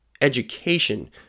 education